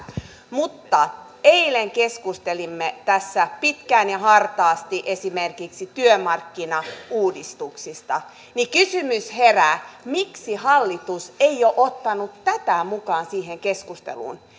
mutta eilen keskustelimme tässä pitkään ja hartaasti esimerkiksi työmarkkinauudistuksista ja herää kysymys miksi hallitus ei ole ottanut tätä mukaan siihen keskusteluun